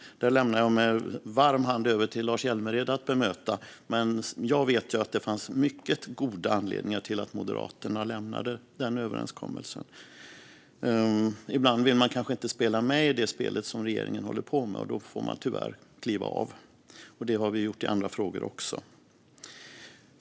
Det lämnar jag med varm hand över till Lars Hjälmered att bemöta. Jag vet dock att det fanns mycket god anledning till att Moderaterna lämnade denna överenskommelse. Ibland vill vi kanske inte spela med i det spel regeringen spelar, och då får vi tyvärr kliva av. Det har vi gjort i andra frågor också.